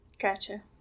Gotcha